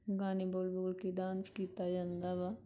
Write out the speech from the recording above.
ਗਾਣੇ ਬੋਲ ਬੋਲ ਕੇ ਡਾਂਸ ਕੀਤਾ ਜਾਂਦਾ ਵਾ